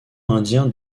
indien